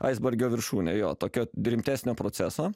aisbergo viršūnė jo tokio rimtesnio proceso